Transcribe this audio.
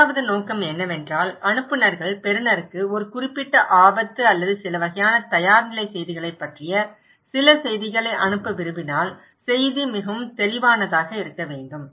இரண்டாவது நோக்கம் என்னவென்றால் அனுப்புநர்கள் பெறுநருக்கு ஒரு குறிப்பிட்ட ஆபத்து அல்லது சில வகையான தயார்நிலை செய்திகளைப் பற்றி சில செய்திகளை அனுப்ப விரும்பினால் செய்தி மிகவும் தெளிவானதாக இருக்க வேண்டும்